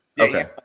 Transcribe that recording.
Okay